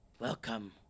Welcome